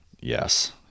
Yes